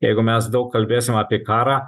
jeigu mes daug kalbėsim apie karą